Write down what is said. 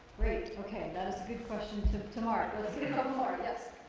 great. okay. that is a good question too. tomorrow let's get a couple more. yes.